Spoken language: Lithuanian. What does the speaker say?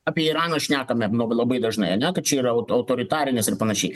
apie iraną šnekame nu labai dažnai ane čia yra autoritarinis ir panašiai